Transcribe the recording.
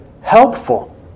helpful